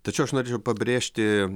tačiau aš norėjau pabrėžti